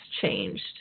changed